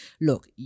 look